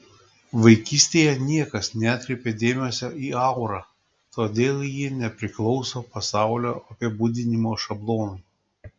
vaikystėje niekas neatkreipė dėmesio į aurą todėl ji nepriklauso pasaulio apibūdinimo šablonui